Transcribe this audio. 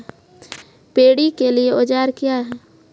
Paddy के लिए औजार क्या हैं?